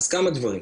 אז כמה דברים,